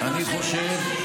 אני שואלת.